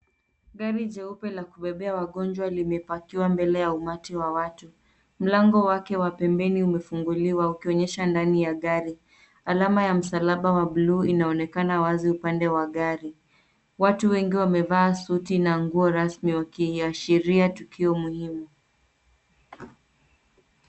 Gari jeupe la kubebea wagonjwa limeparkiwa mbele ya umati wa watu. Mlango wake wa pembembeni umefunguliwa ukionyesha ndani ya gari. Alama ya msalaba wa blue inaonekana wazi upande wa gari. Watu wengi wamevaa suti na nguo rasmi wakiiashiria tukio muhimu.